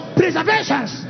preservations